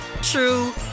true